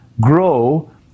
grow